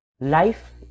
Life